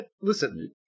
Listen